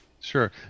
Sure